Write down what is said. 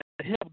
help